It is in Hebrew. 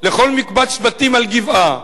לכל מקבץ בתים על גבעה